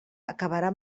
acabarà